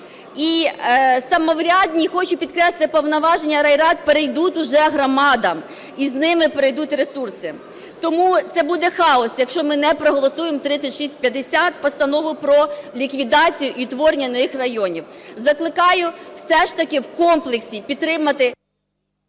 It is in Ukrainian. І самоврядні, хочу підкреслити, повноваження райрад перейдуть уже громадам, і з ними перейдуть ресурси. Тому це буде хаос, якщо ми не проголосуємо 3650 – Постанову про ліквідацію і утворення нових районів. Закликаю все ж таки в комплексі підтримати...